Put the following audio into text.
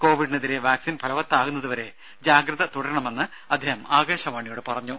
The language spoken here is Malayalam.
കോവിഡിനെതിരെ വാക്സിൻ ഫലവത്താകുന്നതുവരെ ജാഗ്രത തുടരണമെന്ന് അദ്ദേഹം ആകാശവാണിയോട് പറഞ്ഞു